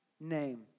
Name